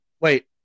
Wait